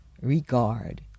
regard